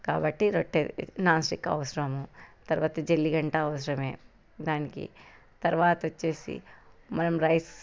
కాబట్టి రొట్టె నాస్టిక్ అవసరము తర్వాత జల్లిగంటే అవసరమే దానికి తర్వాత వచ్చేసి మనం రైస్